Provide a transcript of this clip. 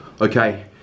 okay